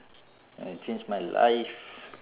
it changed my life